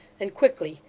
and quickly.